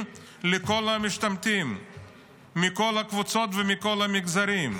לכל המשתמטים מכל הקבוצות ומכל המגזרים,